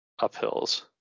uphills